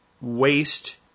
waste